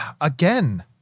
Again